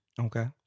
Okay